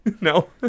No